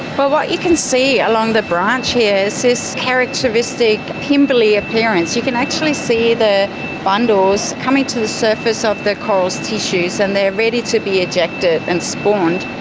but what you can see along the branch here is this characteristic pimply appearance. you can actually see the bundles coming to the surface of the corals' tissues and they are ready to be ejected and spawned.